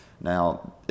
Now